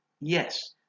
Yes